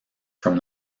from